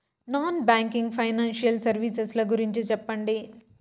Non banking financial services ల గురించి సెప్పండి?